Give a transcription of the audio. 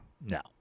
No